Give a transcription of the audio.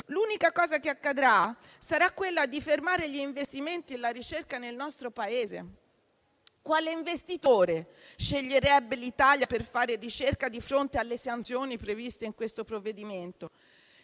si otterrà solo di fermare gli investimenti e la ricerca nel nostro Paese. Quale investitore, infatti, sceglierebbe l'Italia per fare ricerca, a fronte delle sanzioni previste in questo provvedimento?